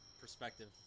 perspective